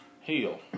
heal